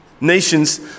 nations